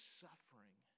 suffering